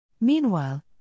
Meanwhile